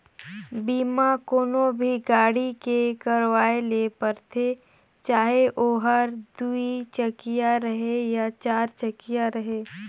बीमा कोनो भी गाड़ी के करवाये ले परथे चाहे ओहर दुई चकिया रहें या चार चकिया रहें